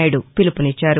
నాయుడు పిలుపునిచ్చారు